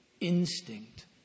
instinct